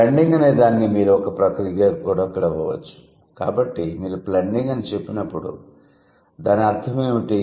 blending అనే దాన్ని మీరు ఒక ప్రక్రియగా కూడా పిలువవచ్చు కాబట్టి మీరు బ్లెండింగ్ అని చెప్పినప్పుడు దాని అర్థం ఏమిటి